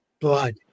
blood